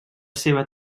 seva